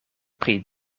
pri